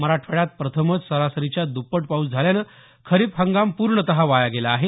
मराठवाड्यात प्रथमच सरासरीच्या द्रप्पट पाऊस झाल्यानं खरीप हंगाम पूर्णत वाया गेला आहे